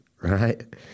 right